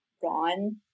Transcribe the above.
gone